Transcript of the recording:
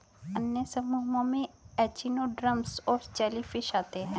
अन्य समूहों में एचिनोडर्म्स और जेलीफ़िश आते है